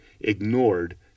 ignored